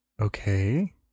Okay